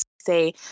say